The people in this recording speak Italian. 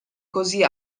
così